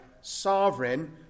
sovereign